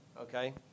okay